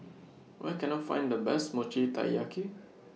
Where Can I Find The Best Mochi Taiyaki